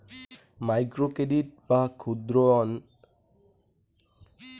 micro credit বা ক্ষুদ্র ঋণ হচ্যে গরীব আর বেকার মানসিদের ধার দেওয়াং টাকা